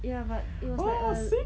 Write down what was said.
ya but it was like a